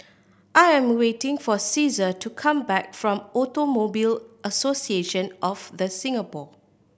I am waiting for Caesar to come back from Automobile Association of The Singapore